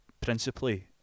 principally